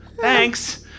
Thanks